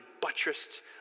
buttressed